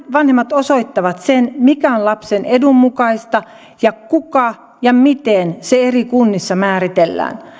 vanhemmat osoittavat sen mikä on lapsen edun mukaista ja kuka ja miten se eri kunnissa määritellään